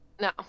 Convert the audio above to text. No